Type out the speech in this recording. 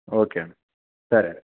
okay అండి సరే